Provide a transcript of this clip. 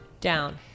down